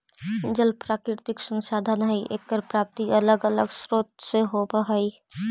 जल प्राकृतिक संसाधन हई एकर प्राप्ति अलग अलग स्रोत से होवऽ हई